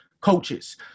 coaches